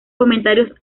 comentarios